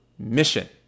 Mission